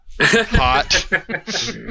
Hot